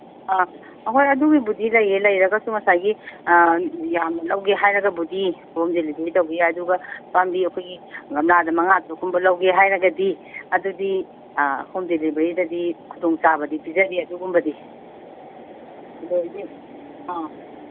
ꯑ ꯑꯍꯣꯏ ꯑꯗꯨꯒꯤꯕꯨꯗꯤ ꯂꯩꯌꯦ ꯂꯩꯔꯒꯁꯨ ꯉꯁꯥꯏꯒꯤ ꯌꯥꯝꯅ ꯂꯧꯒꯦ ꯍꯥꯏꯔꯒꯕꯨꯗꯤ ꯍꯣꯝ ꯗꯤꯂꯤꯚꯔꯤ ꯇꯧꯕ ꯌꯥꯏ ꯑꯗꯨꯒ ꯄꯥꯝꯕꯤ ꯑꯩꯈꯣꯏꯒꯤ ꯒꯝꯂꯥꯗ ꯃꯉꯥ ꯇꯔꯨꯛꯀꯨꯝꯕ ꯂꯧꯒꯦ ꯍꯥꯏꯔꯒꯗꯤ ꯑꯗꯨꯗꯤ ꯍꯣꯝ ꯗꯤꯂꯤꯚꯔꯤꯗꯗꯤ ꯈꯨꯗꯣꯡ ꯆꯥꯕꯗꯤ ꯄꯤꯖꯗꯦ ꯑꯗꯨꯒꯨꯝꯕꯗꯤ ꯑꯗꯩꯗꯤ ꯑ